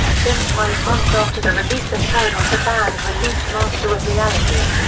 just five months after the release of paranoid the band released master of reality.